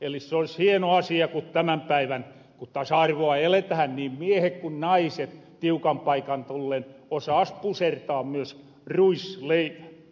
eli se olis hieno asia jos tänä päivänä ku tasa arvoa eletähän niin miehet ku naiset tiukan paikan tullen osaas pusertaa myös ruisleivän